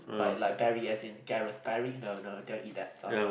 like like berry as in Gareth Barry no no don't eat that stuff